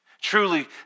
Truly